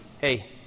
Hey